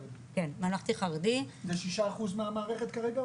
זה 6% מהמערכת כרגע?